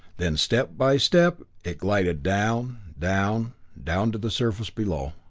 then step by step it glided down down down to the surface below.